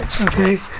Okay